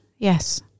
Yes